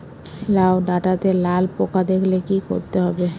লাউ ডাটাতে লাল পোকা দেখালে কি করতে হবে?